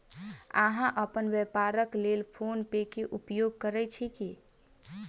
अहाँ अपन व्यापारक लेल फ़ोन पे के उपयोग करै छी की?